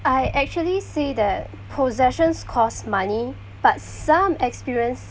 I actually say that possessions cost money but some experience